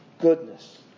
goodness